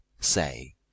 say